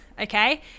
okay